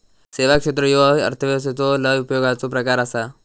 सेवा क्षेत्र ह्यो अर्थव्यवस्थेचो लय उपयोगाचो प्रकार आसा